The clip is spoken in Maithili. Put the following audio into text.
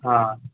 हँ